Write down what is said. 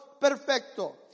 perfecto